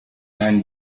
umuhigo